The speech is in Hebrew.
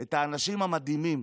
את האנשים המדהימים